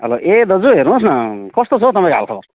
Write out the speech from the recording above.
ए दाजु हेर्नुहोस न कस्तो छ हो तपाईँको हाल खबर